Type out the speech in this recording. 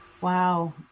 Wow